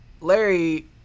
Larry